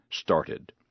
started